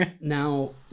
Now